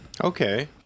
Okay